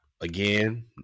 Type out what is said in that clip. again